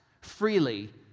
freely